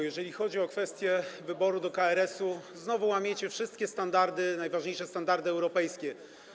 Jeżeli chodzi o kwestię wyboru do KRS-u, znowu łamiecie wszystkie standardy, najważniejsze standardy europejskie.